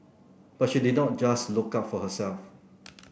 but she did not just look out for herself